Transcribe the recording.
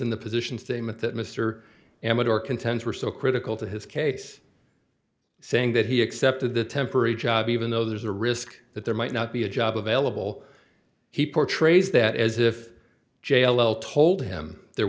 in the position statement that mr amador contends were so critical to his case saying that he accepted the temporary job even though there's a risk that there might not be a job available he portrays that as if j l told him there